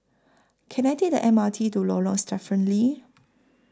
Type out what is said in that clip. Can I Take The M R T to Lorong Stephen Lee